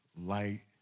light